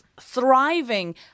thriving